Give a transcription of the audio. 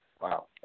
Wow